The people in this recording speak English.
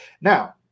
Now